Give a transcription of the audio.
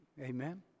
Amen